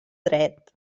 dret